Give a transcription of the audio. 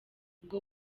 ubwo